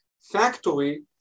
factory